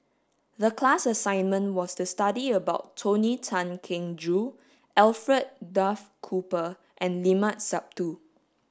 the class assignment was to study about Tony Tan Keng Joo Alfred Duff Cooper and Limat Sabtu